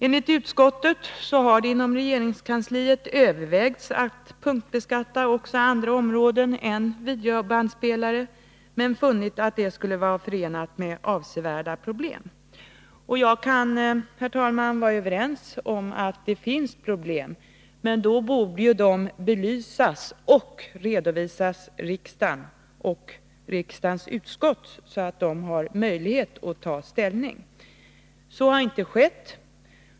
Enligt utskottet har det inom regeringskansliet övervägts att punktbeskatta också andra områden än videobandspelare, men man har funnit att det skulle vara förenat med avsevärda problem. Jag kan, herr talman, hålla med om att det finns problem, men då borde de belysas och redovisas för riksdagen och riksdagens utskott, så att de har möjlighet att ta ställning. Så har inte skett.